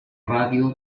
ràdio